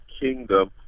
kingdom